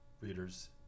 readers